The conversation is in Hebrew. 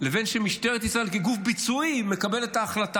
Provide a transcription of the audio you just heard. לבין משטרת ישראל כגוף ביצועי שמקבלת את ההחלטה.